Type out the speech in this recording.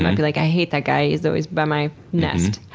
maybe like, i hate that guy he's always by my nest.